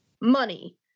money